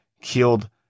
killed